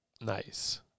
Nice